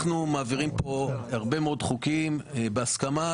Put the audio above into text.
אנחנו מעבירים כאן הרבה מאוד חוקים בהסכמה,